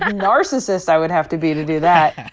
ah narcissist i would have to be to do that!